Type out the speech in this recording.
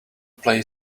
play